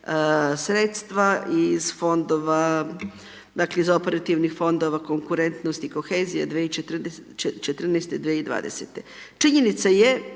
dakle, iz operativnih fondova konkurentnost i kohezija 2014.-2020. Činjenica je